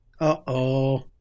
Uh-oh